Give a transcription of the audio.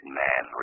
man